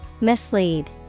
Mislead